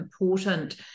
important